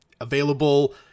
available